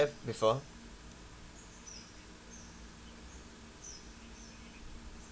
have before